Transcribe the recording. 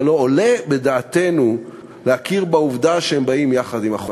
אבל לא עולה בדעתנו להכיר בעובדה שהן באות יחד עם החובות.